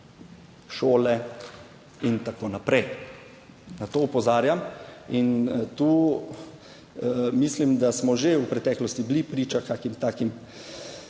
šole in tako naprej. Na to opozarjam. In tu mislim, da smo že v preteklosti bili priče kakšnim takim